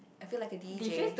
I feel like a D_J